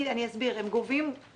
שב"ן זה שירותי בריאות נוספים.